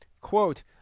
quote